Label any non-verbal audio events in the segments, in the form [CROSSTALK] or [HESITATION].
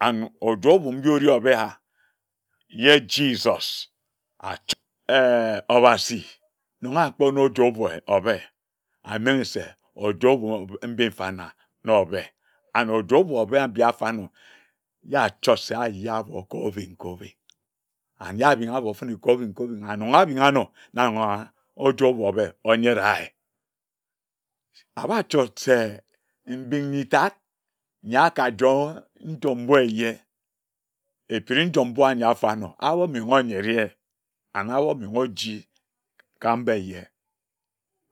And oje obuk mbi ore obea ye Jesus acid [HESITATION] obasi na akpor no joer ober obe, aniri se ojor obe mbi mfana nor obe and ojio obui obe mbi afarno ye achod se aya abor kobing kobing and ye abinga abor fene kobing kobing and abinga anor na nyung owa ojio obui obe oyae, abachot se mbing nyitad nyi akajoer njom mbui eye ekpini njom mbui anyi afanor amomnghe onyere ye and amomenghe oji ka mba eye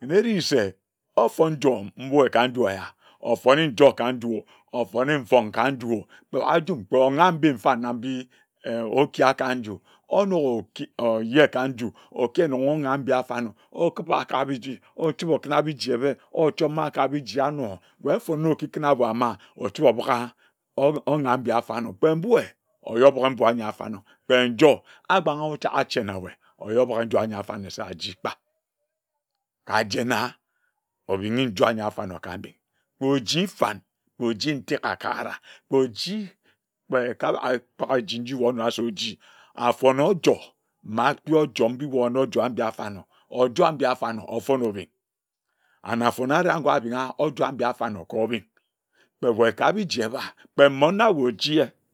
nari se ofon njom mbui ka nju eya ofone njor ka nju ofone mfong ka njuo kpe andum [UNINTELLIGIBLE] okia ka nju onogor oki oye ka nju okinoghe mbi afarnor okiba kabiji ochibe okira biji ebea ochoma kabiji anor wae afor nor okikun abor amar ochibi obiga obig onyam mbi afarnor kpe mbue wae obiga mbui anyi afarnor kpe njorn agbagan ochage ache na wae ojor obigi njor anyi afor nesik ajikpa kajena obingi njoe anyi afaernor ka mbing kpe oji fan kpe oji nteka akara kpe kpe oji kpe ekpa waka kpage eji nji wae oyina se oji afornor ojor na akui ojor mbibor ojor mbi afarnor ojor mbi afarnor afon obing and afone areh agor abingha ojor mbi afarnor kor obing kpe wae kabiji eba kpe mmon na wae ojie